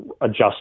adjust